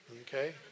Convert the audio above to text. Okay